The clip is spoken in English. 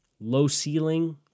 low-ceiling